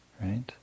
right